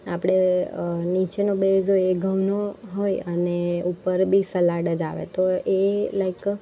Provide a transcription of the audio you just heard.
આપણે નીચેનો બેઝ હોય એ ઘઉંનો હોય અને ઉપર બી સલાડ જ આવે છે તો એ લાઇક